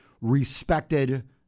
respected